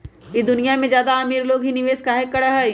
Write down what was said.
ई दुनिया में ज्यादा अमीर लोग ही निवेस काहे करई?